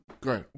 great